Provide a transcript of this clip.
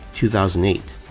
2008